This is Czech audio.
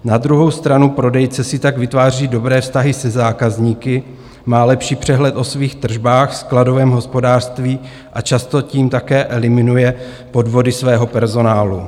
Na druhou stranu prodejce si tak vytváří dobré vztahy se zákazníky, má lepší přehled o svých tržbách, skladovém hospodářství a často tím také eliminuje podvody svého personálu.